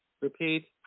Repeat